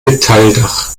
metalldach